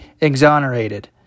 exonerated